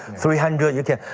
three hundred you can.